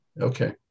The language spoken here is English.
Okay